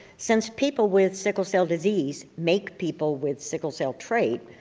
since people with sickle cell disease make people with sickle cell trait,